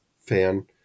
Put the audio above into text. fan